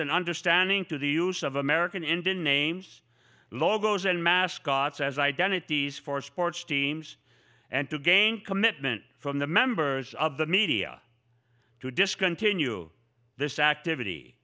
and understanding to the use of american indian names logos and mascots as identities for sports teams and to gain commitment from the members of the media to discontinue this activity